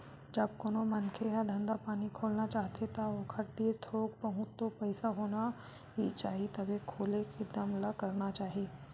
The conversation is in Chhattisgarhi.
जब कोनो मनखे ह धंधा पानी खोलना चाहथे ता ओखर तीर थोक बहुत तो पइसा होना ही चाही तभे खोले के दम ल करना चाही